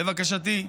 לבקשתי,